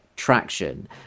Traction